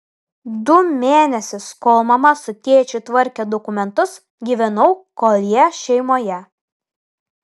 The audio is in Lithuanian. du mėnesius kol mama su tėčiu tvarkė dokumentus gyvenau koljė šeimoje